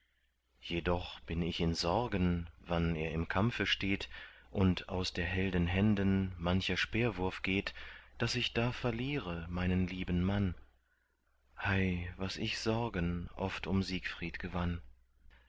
jedoch bin ich in sorgen wann er im kampfe steht und aus der helden händen mancher speerwurf geht daß ich da verliere meinen lieben mann hei was ich sorgen oft um siegfried gewann